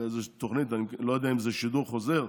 באיזו תוכנית, אני לא יודע אם זה שידור חוזר,